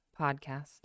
podcast